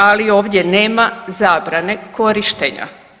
Ali ovdje nema zabrane korištenja.